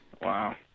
Wow